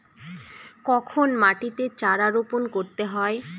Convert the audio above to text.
কখন মাটিতে চারা রোপণ করতে হয়?